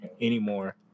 anymore